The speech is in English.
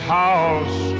house